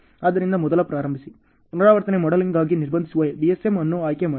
ಆದ್ದರಿಂದ ಮೊದಲು ಪ್ರಾರಂಭಿಸಿ ಪುನರಾವರ್ತನೆ ಮಾಡೆಲಿಂಗ್ಗಾಗಿ ನಿರ್ಬಂಧಿಸುವ ಡಿಎಸ್ಎಮ್ ಅನ್ನು ಆಯ್ಕೆ ಮಾಡಿ